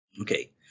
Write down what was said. Okay